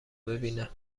ببینه